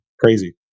Crazy